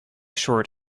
short